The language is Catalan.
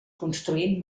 construint